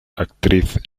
actriz